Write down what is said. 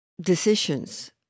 decisions